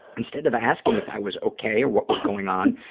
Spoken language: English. instead of asking if i was okay or what was going on,